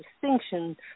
distinction